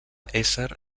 ésser